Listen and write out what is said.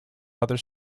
other